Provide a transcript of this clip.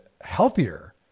healthier